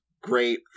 great